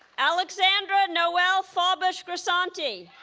alexandra noel fawbush grisanti